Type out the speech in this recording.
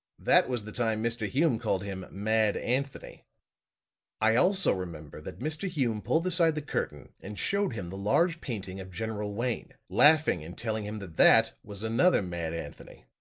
that was the time mr. hume called him mad anthony i also remember that mr. hume pulled aside the curtain and showed him the large painting of general wayne, laughing and telling him that that was another mad anthony.